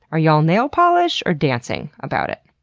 are y'all nail polish or dancing about it?